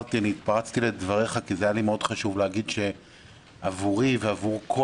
התפרצתי לדבריך כי היה לי חשוב מאוד להגיד שעבורי ועבור כל